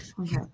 okay